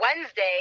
Wednesday